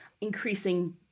increasing